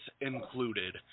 included